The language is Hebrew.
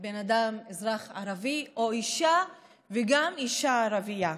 בן אדם, אזרח ערבי, או אישה וגם אישה ערבייה.